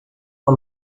uma